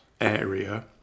area